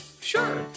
sure